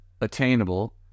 attainable